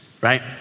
Right